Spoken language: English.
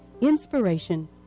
inspiration